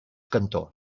cantó